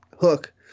Hook